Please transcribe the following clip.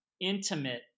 intimate